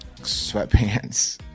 Sweatpants